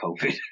COVID